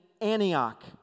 Antioch